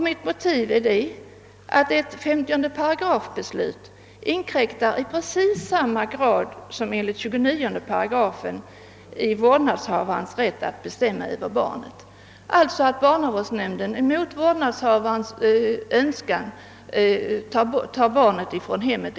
Mitt motiv är att ett beslut enligt 50 § inkräktar på vårdnadshavarens rätt att bestämma Över barnet i precis samma grad som ett beslut enligt 29 8, d.v.s. att barnavårdsnämnden mot vårdnadshavarens önskan tar barnet från hemmet.